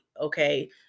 okay